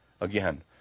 Again